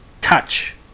touch